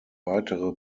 weitere